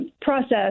process